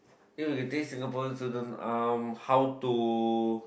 !eww! you think Singaporeans shouldn't um how to